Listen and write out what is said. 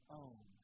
own